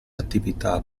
attività